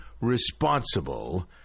responsible